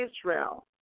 Israel